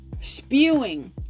spewing